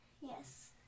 Yes